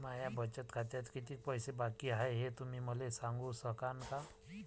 माया बचत खात्यात कितीक पैसे बाकी हाय, हे तुम्ही मले सांगू सकानं का?